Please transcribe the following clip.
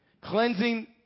Cleansing